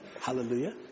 Hallelujah